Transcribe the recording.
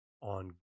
on